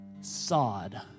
sod